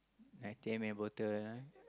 I take my bottle ah